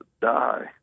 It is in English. die